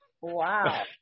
Wow